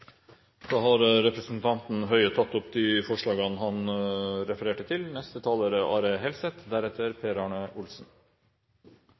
Da har representanten Kjønaas Kjos tatt opp de forslag hun refererte til. Høyre mener at Vinmonopolet er